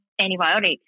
antibiotics